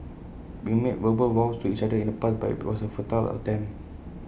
we made verbal vows to each other in the past but IT was A futile attempt